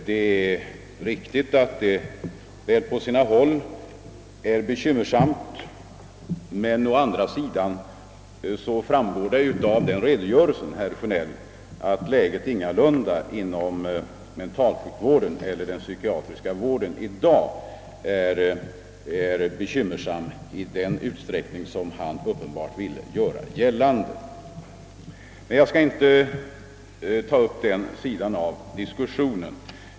Det är riktigt att läget på sina håll kan vara bekymmersamt, men av redogörelsen framgår, herr Sjönell, att läget inom den psykiska vården i dag ingalunda är så bekymmersamt som herr Sjönell uppenbarligen vill göra gällande. Men jag skall inte ta upp den sidan av diskussionen.